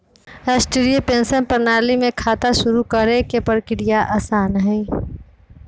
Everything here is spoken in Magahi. राष्ट्रीय पेंशन प्रणाली में खाता शुरू करे के प्रक्रिया आसान हई